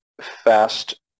fast